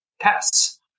tests